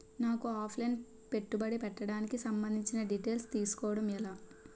నాకు offline పెట్టుబడి పెట్టడానికి సంబందించిన డీటైల్స్ తెలుసుకోవడం ఎలా?